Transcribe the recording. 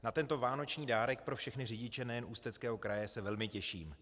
Na tento vánoční dárek pro všechny řidiče nejen Ústeckého kraje se velmi těším.